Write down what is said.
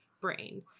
brain